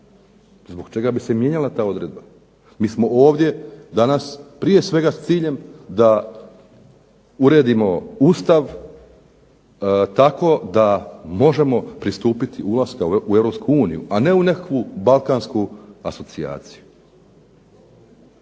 Zbog čega bi se mijenjala ta odredba? Mi smo ovdje danas prije svega s ciljem da uredimo Ustav tako da možemo pristupiti ulasku u Europsku uniju, a ne u nekakvu balkansku asocijaciju.